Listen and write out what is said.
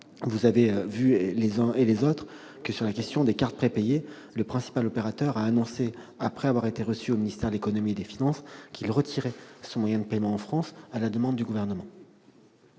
vous avez vu, mesdames, messieurs les sénateurs, que le principal opérateur a annoncé, après avoir été reçu au ministère de l'économie et des finances, qu'il retirait son moyen de paiement en France, à la demande du Gouvernement.